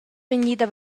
vegnida